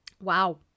Wow